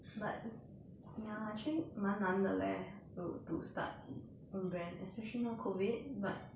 but s~ ya actually 蛮难的 leh to to start own brand especially now COVID but